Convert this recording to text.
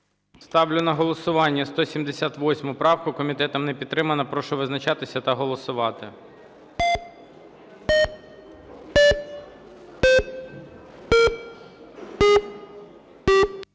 Ставлю на голосування 346 правку. Комітетом не підтримана. Прошу визначатися та голосувати.